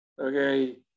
okay